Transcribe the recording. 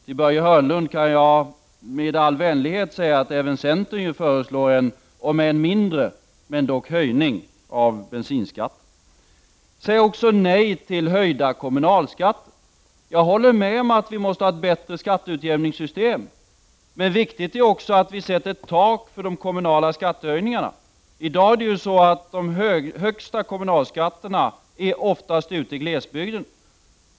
För Börje Hörnlund vill jag i all vänlighet påpeka att även centern föreslår en, om än mindre, höjning av bensinskatten. Säg också nej till höjda kommunalskatter. Jag håller med om att vi måste ha ett bättre skatteutjämningssystem. Men viktigt är också att vi sätter ett tak för de kommunala skattehöjningarna. I dag finns de högsta kommunalskatterna oftast ute i glesbygden.